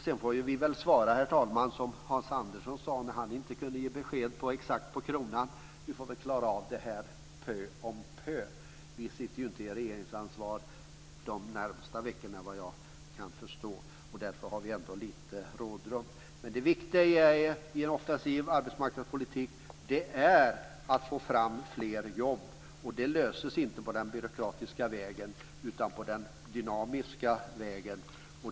Sedan får vi svara, herr talman, som Hans Andersson sade när han inte kunde ge besked exakt på kronan: Vi får väl klara det pö om pö. Vi kommer inte att ha regeringsansvaret de närmaste veckorna vad jag kan förstå. Därför har vi ändå lite rådrum. Det viktiga i en offensiv arbetsmarknadspolitik är att få fram fler jobb. Det löses inte den byråkratiska vägen utan den dynamiska vägen.